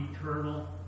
eternal